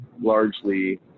largely